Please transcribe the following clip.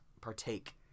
partake